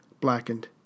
blackened